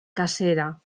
cacera